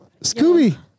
Scooby